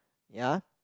ya